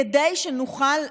כדי שנוכל,